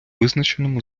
визначеному